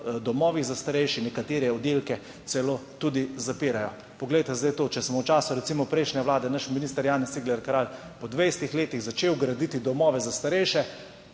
domovih za starejše, nekatere oddelke celo tudi zapirajo. Poglejte zdaj to, če smo v času prejšnje vlade, naš minister Janez Cigler Kralj, po 20 letih začeli graditi domove za starejše,